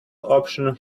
option